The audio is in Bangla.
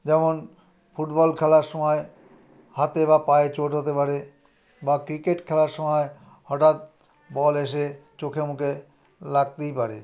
যেমন ফুটবল খেলার সময় হাতে বা পায়ে চোট হতে পারে বা ক্রিকেট খেলার সময় হঠাৎ বল এসে চোখে মুখে লাগতেই পারে